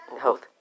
Health